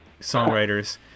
songwriters